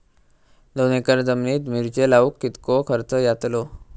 दोन एकर जमिनीत मिरचे लाऊक कितको खर्च यातलो?